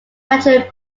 natural